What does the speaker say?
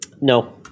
No